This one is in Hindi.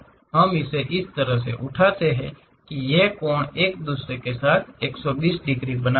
हम इसे इस तरह से उठाते हैं कि ये कोण एक दूसरे के साथ 120 डिग्री बनाते हैं